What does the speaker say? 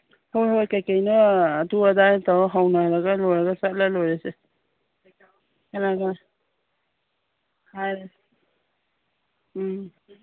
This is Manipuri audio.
ꯍꯣꯏ ꯍꯣꯏ ꯀꯔꯤ ꯀꯩꯅꯣ ꯑꯗꯨ ꯑꯗꯥ ꯇꯧꯔꯒ ꯍꯧꯅꯔꯒ ꯂꯣꯏꯔ ꯆꯠꯂ ꯂꯣꯏꯔꯦꯁꯦ ꯎꯝ